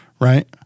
right